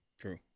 True